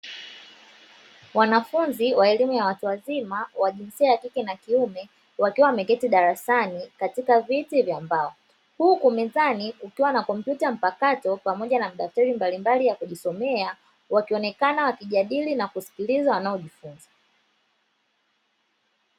Wanafunzi wa elimu ya watu wazima wa jinsia ya kike na kiume wakiwa wameketi darasani katika viti vya mbao, huku mezani kukiwa na kompyuta mpakato pamoja na madaftari mbalimbali ya kujisomea wakionekana wakijadili na kusikiliza wanayojifunza.